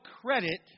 credit